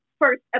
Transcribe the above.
First